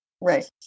Right